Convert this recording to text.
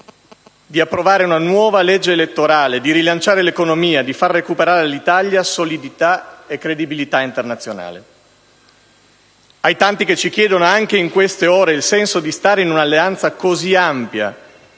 di approvare una nuova legge elettorale, di rilanciare l'economia, di far recuperare all'Italia solidità e credibilità internazionale. Ai tanti che ci chiedono anche in queste ore il senso di stare in un'alleanza così ampia